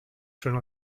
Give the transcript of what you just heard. schön